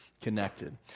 connected